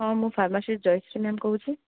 ହଁ ମୁଁ pharmacist Jayashree ma'am କହୁଛି